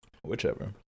whichever